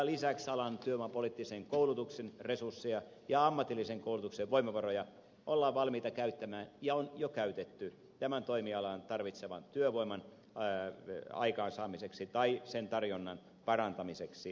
lisäksi alan työvoimapoliittiseen koulutukseen resursseja ja ammatilliseen koulutukseen voimavaroja ollaan valmiita käyttämään ja on jo käytetty tämän toimialan tarvitseman työvoiman aikaansaamiseksi tai sen tarjonnan parantamiseksi nimenomaan markkinoilla